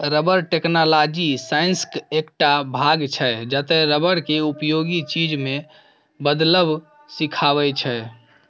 rubber technology साइंसक एकटा भाग छै जतय रबर केँ उपयोगी चीज मे बदलब सीखाबै छै